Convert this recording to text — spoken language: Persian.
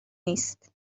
نیست